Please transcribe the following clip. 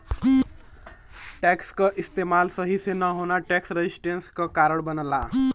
tax क इस्तेमाल सही से न होना टैक्स रेजिस्टेंस क कारण बनला